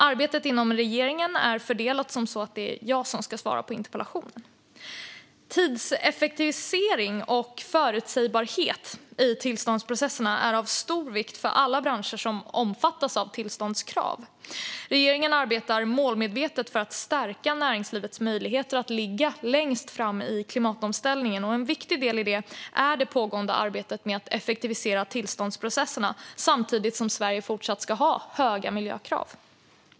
Arbetet inom regeringen är så fördelat att det är jag som ska svara på interpellationen. Tidseffektivisering och förutsebarhet i tillståndsprocessen är av stor vikt för alla branscher som omfattas av tillståndskrav. Regeringen arbetar målmedvetet för att stärka näringslivets möjligheter att ligga längst fram i klimatomställningen. En viktig del i detta är det pågående arbetet med att effektivisera tillståndsprocesserna, samtidigt som Sverige fortsatt ska ha höga miljökrav.